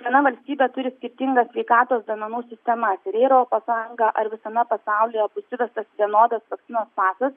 viena valstybė turi skirtingas sveikatos duomenų sistemas ir europos sąjungą ar visame pasaulyje bus įvestas vienodas vakcinos pasas